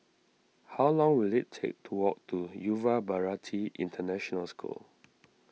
how long will it take to walk to Yuva Bharati International School